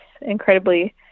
incredibly